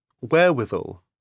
wherewithal